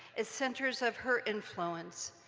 as centers of her influence,